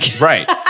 Right